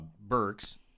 Burks